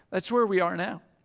that's where we are now.